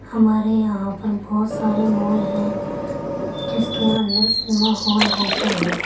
ہمارے یہاں پر بہت سارے مال ہیں جس کے اندر سنیما ہال ہوتے ہیں